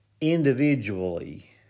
individually